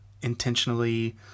intentionally